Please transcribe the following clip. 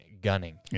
gunning